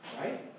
Right